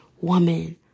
woman